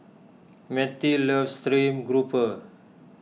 Mettie loves Stream Grouper